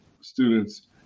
students